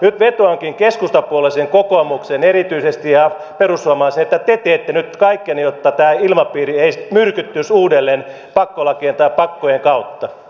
nyt vetoankin keskustapuolueeseen kokoomukseen erityisesti ja perussuomalaisiin että te teette nyt kaikkenne jotta tämä ilmapiiri ei myrkyttyisi uudelleen pakkolakien tai pakkojen kautta